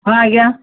ହଁ ଆଜ୍ଞା